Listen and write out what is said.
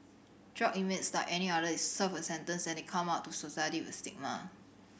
drug inmates like any other they serve a sentence and they come out to society with a stigma